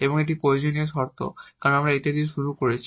এবং এটি প্রয়োজনীয় শর্ত কারণ আমরা এটি দিয়ে শুরু করেছি